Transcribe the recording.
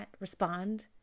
respond